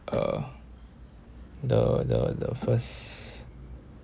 uh the the the first